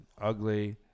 ugly